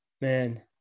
man